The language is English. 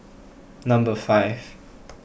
number five